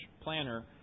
planner